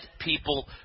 people